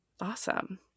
Awesome